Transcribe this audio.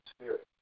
Spirit